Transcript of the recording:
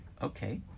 Okay